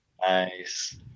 nice